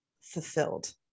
fulfilled